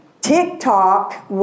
TikTok